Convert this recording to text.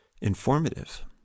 informative